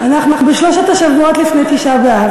תראה ב-ynet.